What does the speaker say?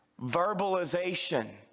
verbalization